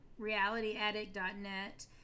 realityaddict.net